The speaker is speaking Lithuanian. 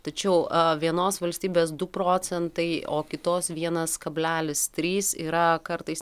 tačiau vienos valstybės du procentai o kitos vienas kablelis trys yra kartais